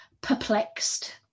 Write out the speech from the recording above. Perplexed